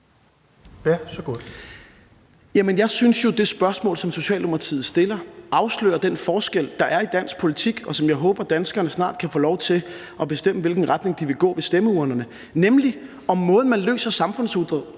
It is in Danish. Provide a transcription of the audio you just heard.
jeg synes jo, at det spørgsmål, som Socialdemokratiet stiller, afslører den forskel, der er i dansk politik, og jeg håber, at danskerne snart kan få lov til at bestemme, i hvilken retning de vi gå, ved stemmeurnerne – nemlig om måden, man løser samfundsudfordringer